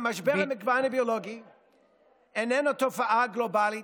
אני יכול לענות?